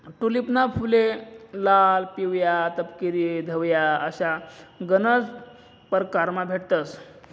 टूलिपना फुले लाल, पिवया, तपकिरी, धवया अशा गनज परकारमा भेटतंस